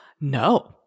No